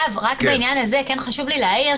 בעניין הזה כן חשוב לי להעיר,